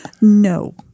No